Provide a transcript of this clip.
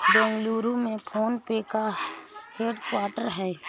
बेंगलुरु में PhonePe का head quarter हैं